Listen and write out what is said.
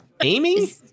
Amy